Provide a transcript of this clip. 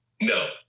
no